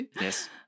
Yes